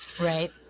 right